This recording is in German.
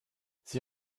sie